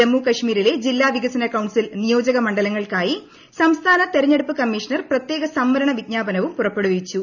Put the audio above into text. ജമ്മു കശ്മീരിലെ ജില്ലാ വികസന കൌൺസിൽ നിയോജകമണ്ഡലങ്ങൾക്കായി സംസ്ഥാന തിരഞ്ഞെടുപ്പ് കമ്മീഷണർ പ്രത്യേക സംവരണ വിജ്ഞാപനവും പുറപ്പെടുവിച്ചു